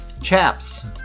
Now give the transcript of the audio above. Chaps